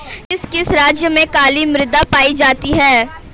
किस किस राज्य में काली मृदा पाई जाती है?